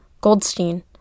Goldstein